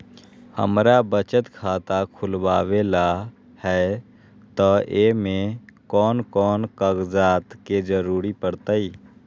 हमरा बचत खाता खुलावेला है त ए में कौन कौन कागजात के जरूरी परतई?